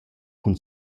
cun